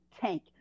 tank